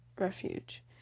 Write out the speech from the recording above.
refuge